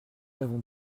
avons